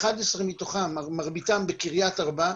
11 מתוכן בקרית ארבע,